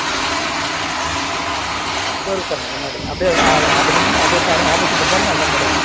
ம் தோ இருக்குது பாருங்க கண்ணாடி அப்படியே அவ்வளோ தான் அப்படி நின்றுங்க அப்படியே பாருங்க ஆப்போசிட்டில் பாருங்க அதுதான் மிர்ரரு